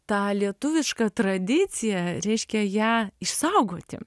tą lietuvišką tradiciją reiškia ją išsaugoti